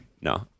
No